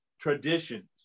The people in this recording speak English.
traditions